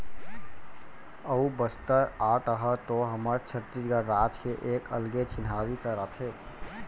अऊ बस्तर आर्ट ह तो हमर छत्तीसगढ़ राज के एक अलगे चिन्हारी कराथे